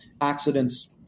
accidents